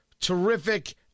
Terrific